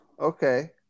Okay